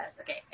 okay